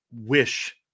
wish